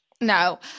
No